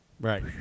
Right